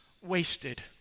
wasted